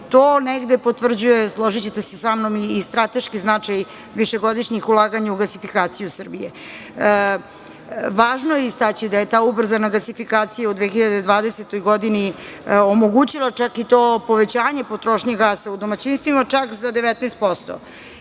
To negde potvrđuje, složićete se sa mnom i strateški značaj višegodišnjih ulaganja u gasifikaciju Srbije. Važno je istaći da je ta ubrzana gasifikacije u 2020. godini omogućila čak i to povećanje potrošnje gasa u domaćinstvima čak za 19%.